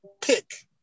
pick